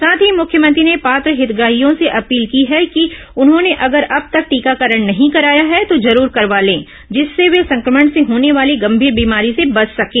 साथ ही मुख्यमंत्री ने पात्र हितग्राहियों से अपील कि है कि उन्होंने अगर अब तक टीकाकरण नहीं कराया है तो जरूर करवा लें जिससे वे संक्रमण से होने वाली गंभीर बीमारी से बच सकें